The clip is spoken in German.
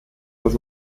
das